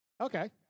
Okay